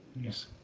Yes